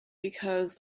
because